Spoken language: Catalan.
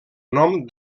nom